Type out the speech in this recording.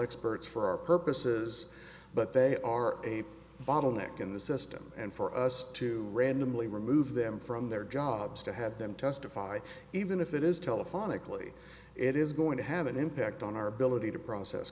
experts for our purposes but they are a bottleneck in the system and for us to randomly remove them from their jobs to have them testify even if it is telephonically it is going to have an impact on our ability to process